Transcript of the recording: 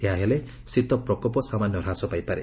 ଏହା ହେଲେ ଶୀତ ପ୍ରକୋପ ସାମାନ୍ୟ ହ୍ରାସ ପାଇପାରେ